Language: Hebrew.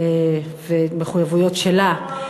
ומחויבויות שלה.